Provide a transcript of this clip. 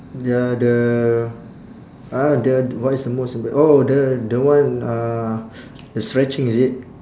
ya the uh the t~ what is the most impre~ oh the the one uh the stretching is it